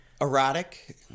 erotic